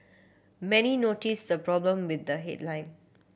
many noticed a problem with the headline